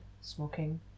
smoking